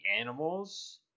animals